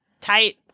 Tight